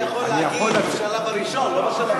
לא, זה אתה יכול להגיד בשלב הראשון, לא בשלב השני.